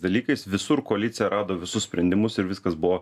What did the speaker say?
dalykais visur koalicija rado visus sprendimus ir viskas buvo